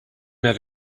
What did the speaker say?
have